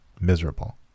miserable